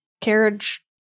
carriage